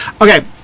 Okay